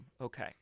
Okay